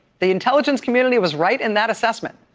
the intelligence community was right in that assessment.